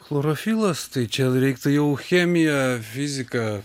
chlorofilas tai čia reiktų jau chemiją fiziką